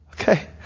okay